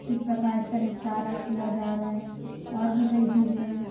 इस प्रकार इसका निपटारा किया जा रहा है और भी कई चीज़े हैं